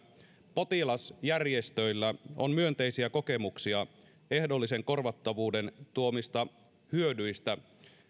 potilasjärjestöillä on myönteisiä kokemuksia ehdollisen korvattavuuden tuomista hyödyistä